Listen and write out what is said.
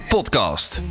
Podcast